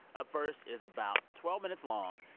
up first is about twelve minutes long,